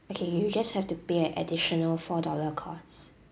okay you just have to pay an additional four dollar costs